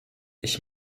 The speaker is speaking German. ich